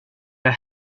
det